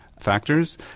factors